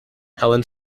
helene